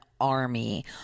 army